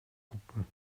gucken